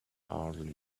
hardly